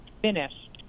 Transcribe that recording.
finished